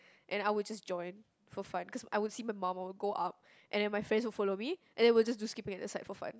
and I would just join for fun cause I would see my mum or I would go up and then my friends will follow me and then we'll just do skipping at the side for fun